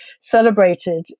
celebrated